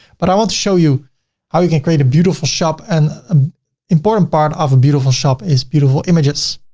but i want to show you how you can create a beautiful shop and important part of a beautiful shop is beautiful images.